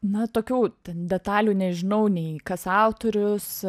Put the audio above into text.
na tokių ten detalių nežinau nei kas autorius